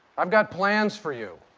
i've got plans for you.